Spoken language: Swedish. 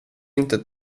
inte